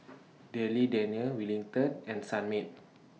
Darlie Daniel Wellington and Sunmaid